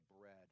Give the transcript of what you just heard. bread